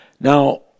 now